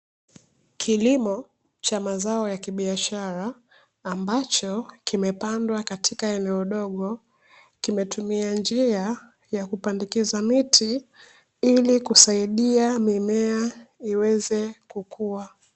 Kilimo cha mazao ya kibiashara ambacho kimepandwa katika eneo dogo, kimetumia njia ya kupandikiza miti, ili kusaidia mimea iweze kukua.